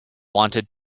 wanted